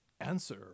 Answer